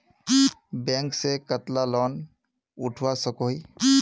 Bank से कतला loan उठवा सकोही?